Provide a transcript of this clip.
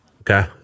Okay